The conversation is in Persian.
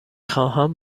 خواهم